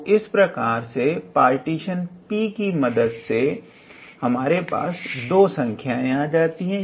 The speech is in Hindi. तो इस प्रकार से पार्टीशन P की मदद से हमारे पास दो संख्याएं आ जाती हैं